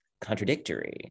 contradictory